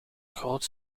groot